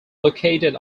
located